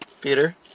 Peter